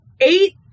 eight